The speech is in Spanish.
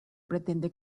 pretende